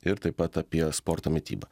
ir taip pat apie sporto mitybą